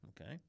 okay